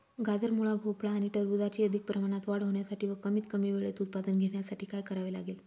गाजर, मुळा, भोपळा आणि टरबूजाची अधिक प्रमाणात वाढ होण्यासाठी व कमीत कमी वेळेत उत्पादन घेण्यासाठी काय करावे लागेल?